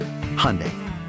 Hyundai